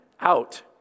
out